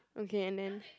okay and then